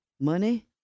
money